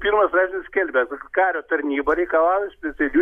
pirmas straipsnis skelbia kario tarnyba reikalauja specialių